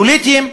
פוליטיים.